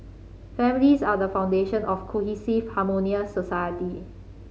families are the foundation of cohesive harmonious society